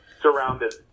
surrounded